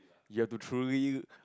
you have to truly